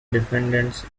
defendants